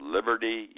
Liberty